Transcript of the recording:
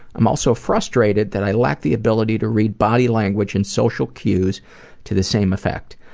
i'm also frustrated that i lack the ability to read body language and social cues to the same effect.